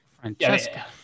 Francesca